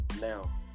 now